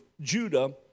Judah